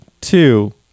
two